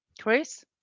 Chris